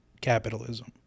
capitalism